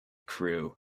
crew